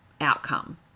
outcome